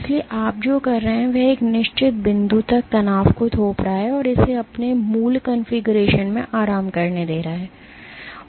इसलिए आप जो कर रहे हैं वह एक निश्चित बिंदु तक तनाव को थोप रहा है और इसे अपने मूल कॉन्फ़िगरेशन में आराम करने दे रहा है